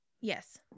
Yes